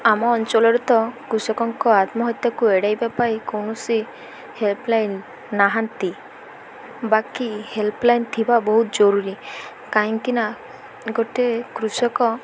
ଆମ ଅଞ୍ଚଳରେ ତ କୃଷକଙ୍କ ଆତ୍ମହତ୍ୟାକୁ ଏଡ଼େଇବା ପାଇଁ କୌଣସି ହେଲ୍ପଲାଇନ୍ ନାହାନ୍ତି ବାକି ହେଲ୍ପଲାଇନ୍ ଥିବା ବହୁତ ଜରୁରୀ କାହିଁକିନା ଗୋଟେ କୃଷକ